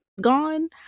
gone